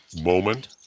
moment